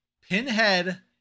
Pinhead